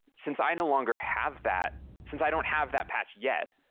since i no longer have that since i don't have that patch yet,